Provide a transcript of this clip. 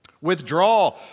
Withdraw